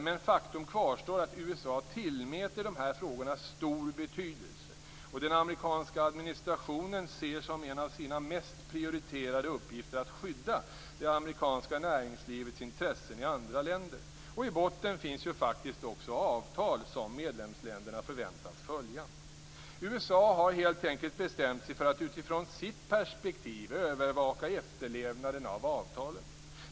Men faktum kvarstår att USA tillmäter dessa frågor stor betydelse, och den amerikanska administrationen ser som en av sina mest prioriterade uppgifter att skydda det amerikanska näringslivets intressen i andra länder. I botten finns faktiskt också avtal som medlemsländerna förväntas följa. USA har helt enkelt bestämt sig för att utifrån sitt perspektiv övervaka efterlevnaden av avtalen.